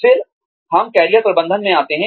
फिर हम कैरियर प्रबंधन में आते हैं